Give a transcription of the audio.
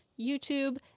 YouTube